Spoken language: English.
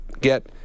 get